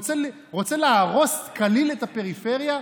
הוא רוצה להרוס כליל את הפריפריה,